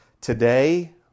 today